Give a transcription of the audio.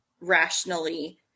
rationally